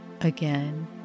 again